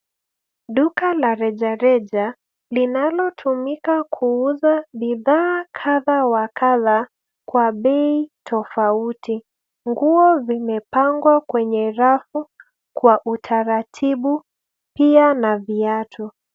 Duka la rejareja linalotumika kuuza bidhaa kadhaa wa kadhaa kwa bei tofauti. Nguo zimepangwa kwenye rafu kwa utaratibu pia na viatu.